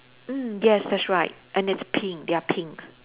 mm yes that's right and it's pink they are pink